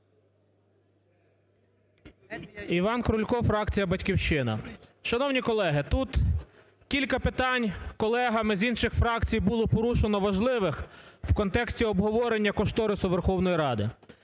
Іван Крулько, фракція "Батьківщина". Шановні колеги, тут кілька питань колегами з інших фракцій було порушено важливих в контексті обговорення кошторису Верховної Ради.